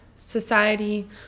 society